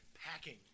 Packing